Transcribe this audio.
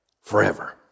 forever